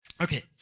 Okay